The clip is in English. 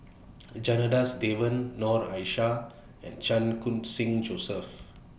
Janadas Devan Noor Aishah and Chan Khun Sing Joseph